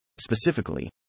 Specifically